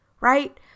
right